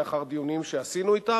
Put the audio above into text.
לאחר דיונים שעשינו אתה,